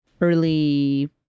early